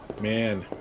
Man